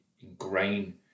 ingrain